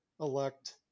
elect